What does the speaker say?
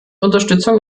unterstützung